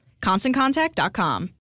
ConstantContact.com